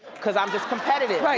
cause i'm just competitive,